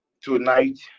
Tonight